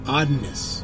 oddness